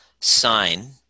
sign